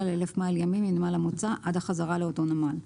על 1,000 מייל ימי מנמל המוצא עד החזרה לאותו נמל.